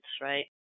right